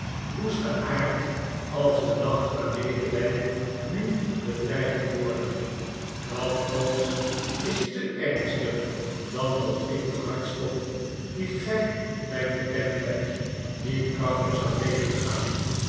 woesten aard als de nacht waarmede wy nu bedreigd worden dat alles is te ernstig dan dat ik den hartstocht dien gij mij bekend hebt niet krachtig zou tegengaan